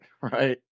Right